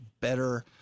better